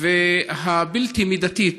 והבלתי-מידתית